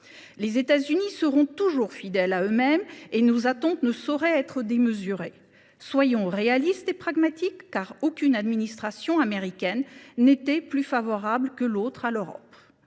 Les États Unis seront toujours fidèles à eux mêmes et nos attentes ne sauraient être démesurées. Soyons réalistes et pragmatiques, car aucune des deux dernières administrations américaines n’était plus favorable que l’autre à l’Europe.